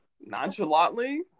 Nonchalantly